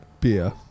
beer